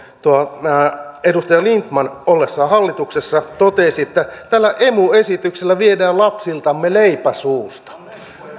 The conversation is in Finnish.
edustaja lindtman ollessaan hallituksessa totesi että tällä emu esityksellä viedään lapsiltamme leipä suusta